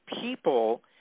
People